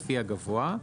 לפי הגבוה,